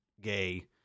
Gay